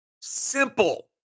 simple